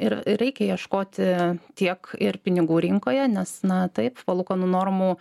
ir reikia ieškoti tiek ir pinigų rinkoje nes na taip palūkanų normų